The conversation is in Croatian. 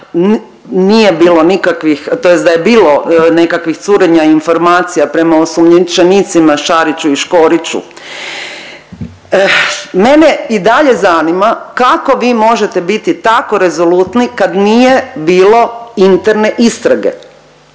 da je bilo nekakvih curenja informacija prema osumnjičenicima Šariću i Škoriću mene i dalje zanima kako vi možete biti tako rezolutni kad nije bilo interne istrage,